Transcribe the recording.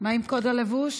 מה עם קוד הלבוש?